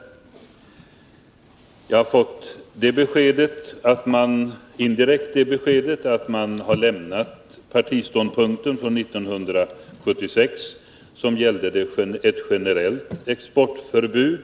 Jag har indirekt fått det beskedet att man har lämnat partiståndpunkten från 1976, som gällde ett generellt exportförbud.